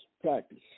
practice